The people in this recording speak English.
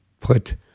put